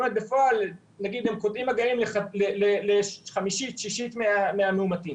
בפועל הם קוטעים מגעים לחמישית, שישית מהמאומתים.